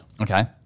Okay